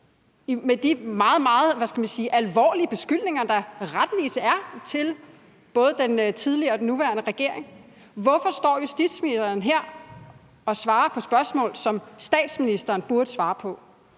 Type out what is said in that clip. meget, meget alvorlige beskyldninger, der rettelig er mod både den tidligere og den nuværende regering. Hvorfor står justitsministeren her og svarer på spørgsmål, som statsministeren burde svare på?